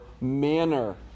manner